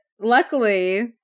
luckily